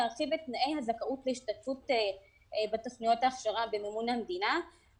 צריך להרחיב את תנאי הזכאות להשתתפות בתכניות ההכשרה במימון המדינה.